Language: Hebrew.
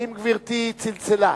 האם גברתי צלצלה?